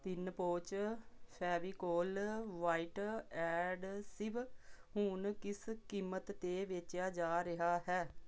ਤਿੰਨ pouch Fevicol white adhesive ਹੁਣ ਕਿਸ ਕੀਮਤ ਤੇ ਵੇਚਿਆ ਜਾ ਰਿਹਾ ਹੈ